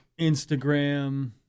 Instagram